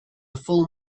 full